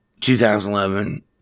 2011